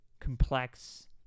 complex